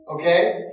Okay